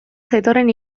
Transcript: zetorren